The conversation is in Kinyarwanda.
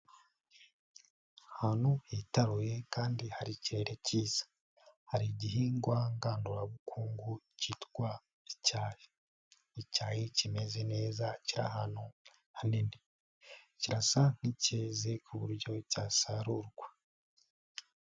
Ahantu hitaruye kandi hari ikirere kiza, hari igihingwa ngandurabukungu kitwa icyari, ni icyari kimeze neza kiri ahantu hanini, kirasa nk'ikeze ku buryo cyasarurwa.